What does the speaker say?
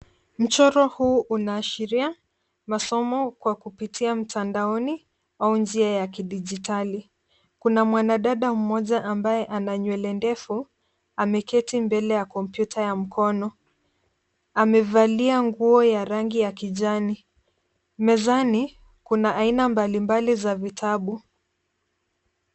Mchoro huu unaashiria masomo kwa kupitia mtandaoni au njia ya kidijitali. Kuna mwanadada mmoja ambaye ana nywele ndefu ameketi mbele ya kompyuta ya mkono. Amevalia nguo ya rangi ya kijani. Mezani kuna aina mbalimbali za vitabu.